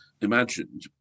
imagined